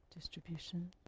Distribution